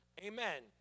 Amen